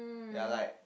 ya like